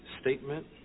statement